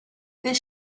this